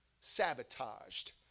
sabotaged